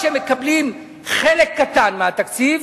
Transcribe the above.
שמקבלים 55% מהתקציב